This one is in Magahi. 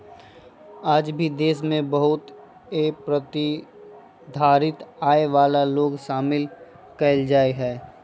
आज भी देश में बहुत ए प्रतिधारित आय वाला लोग शामिल कइल जाहई